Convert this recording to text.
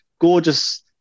gorgeous